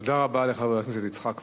תודה רבה לחבר הכנסת יצחק וקנין.